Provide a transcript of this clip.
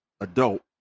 adult